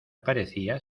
parecía